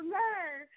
learn